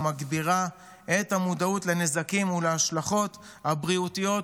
מגבירות את המודעות לנזקים ולהשלכות הבריאותיות,